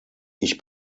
ich